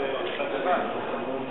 בסעיף 14,